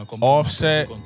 Offset